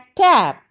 tap